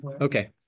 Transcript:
Okay